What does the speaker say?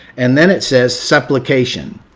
and then it says, supplication.